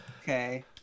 Okay